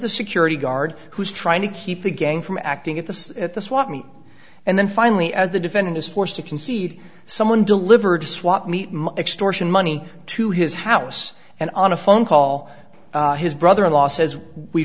the security guard who's trying to keep the gang from acting at the at the swap meet and then finally as the defendant is forced to concede someone delivered a swap meet extortion money to his house and on a phone call his brother in law says we